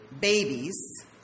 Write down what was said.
babies